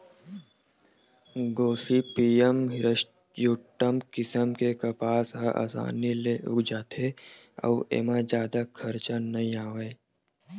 Gossypium हिरस्यूटॅम किसम के कपसा ह असानी ले उग जाथे अउ एमा जादा खरचा नइ आवय